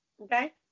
okay